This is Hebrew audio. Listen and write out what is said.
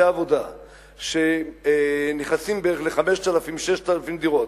עבודה שנכנסים ל-5,000 6,000 דירות,